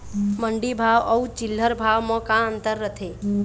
मंडी भाव अउ चिल्हर भाव म का अंतर रथे?